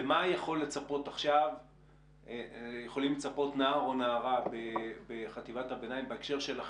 למה יכולים לצפות עכשיו נער או נערה בחטיבת הביניים בהקשר שלכם,